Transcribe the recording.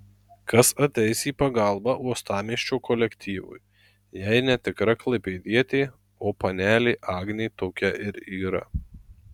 kas ateis į pagalbą uostamiesčio kolektyvui jei ne tikra klaipėdietė o panelė agnė tokia ir yra